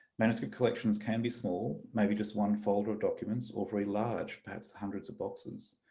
manuscript collections can be small, maybe just one folder of documents or very large, perhaps hundreds of boxes.